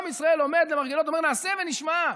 עם ישראל עומד למרגלות ואומר: "נעשה ונשמע".